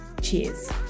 Cheers